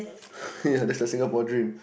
okay ya that's the Singapore dream